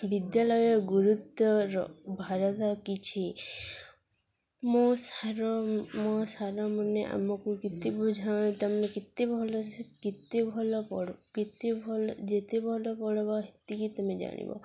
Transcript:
ବିଦ୍ୟାଳୟ ଗୁରୁତ୍ୱର ଭାରତ କିଛି ମୋ ସାର୍ ମୋ ସାର୍ମାନେ ଆମକୁ କେତେ ବୁଝାଁ ତମେ କେତେ ଭଲସେ କେତେ ଭଲ ପଢ଼ କେତେ ଭଲ ଯେତେ ଭଲ ପଢ଼ବା ସେତିକି ତମେ ଜାଣିବ